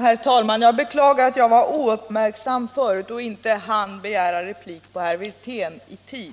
Herr talman! Jag beklagar att jag var ouppmärksam förut och inte hann begära replik på herr Wirtén i tid.